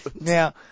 Now